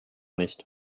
nicht